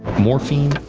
morphine,